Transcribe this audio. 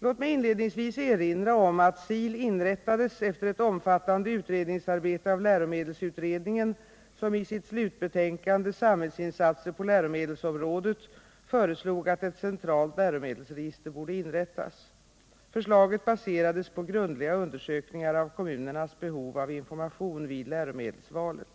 Låt mig inledningsvis erinra om att SIL inrättades efter ett omfattande utredningsarbete av läromedelsutredningen, som i sitt slutbetänkande Samhällsinsatser på läromedelsområdet föreslog att ett centralt läromedelsregister borde inrättas. Förslaget baserades på grundliga undersökningar av kommunernas behov av information vid läromedelsvalet.